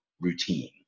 routine